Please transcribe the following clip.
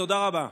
תודה רבה.